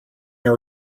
your